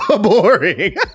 boring